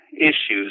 issues